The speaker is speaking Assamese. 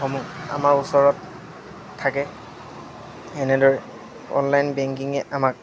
সমূহ আমাৰ ওচৰত থাকে এনেদৰে অনলাইন বেংকিঙে আমাক